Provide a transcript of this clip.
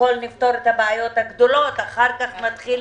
נפתור את הבעיות הגדולות ואחר-כך נתחיל